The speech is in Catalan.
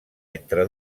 entre